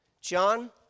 John